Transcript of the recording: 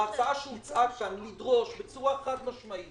ההצעה שהוצעה כאן, לדרוש בצורה חד-משמעית